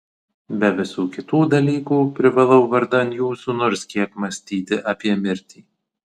be visų kitų dalykų privalau vardan jūsų nors kiek mąstyti apie mirtį